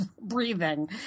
breathing